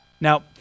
Now